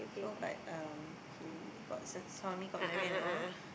so but um he got s~ saw me got married and all